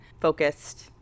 focused